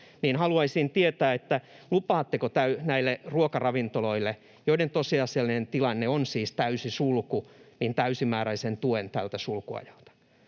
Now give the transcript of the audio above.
Haluaisin tietää, lupaatteko näille ruokaravintoloille, joiden tosiasiallinen tilanne on siis täysi sulku, täysimääräisen tuen tältä sulkuajalta.